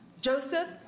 Joseph